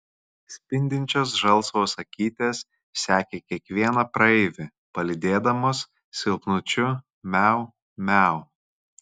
spindinčios žalsvos akytės sekė kiekvieną praeivį palydėdamos silpnučiu miau miau